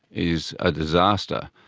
is a disaster.